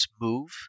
move